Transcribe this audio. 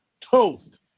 toast